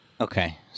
Okay